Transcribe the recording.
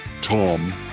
Tom